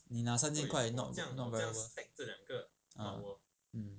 你拿三千块 not very worth ah mm